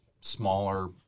smaller